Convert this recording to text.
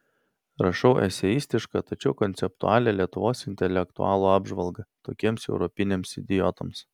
rašau eseistišką tačiau konceptualią lietuvos intelektualų apžvalgą tokiems europiniams idiotams